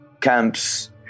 camps